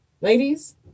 Ladies